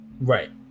Right